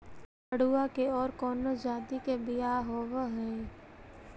मडूया के और कौनो जाति के बियाह होव हैं?